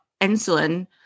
insulin